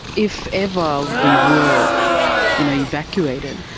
if ever we were you know evacuated,